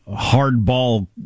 hardball